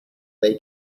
they